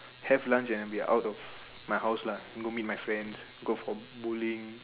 have lunch and I'll be out of my house lah go meet my friends go for bowling